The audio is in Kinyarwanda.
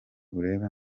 urebe